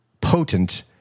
potent